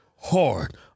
hard